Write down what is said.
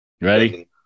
ready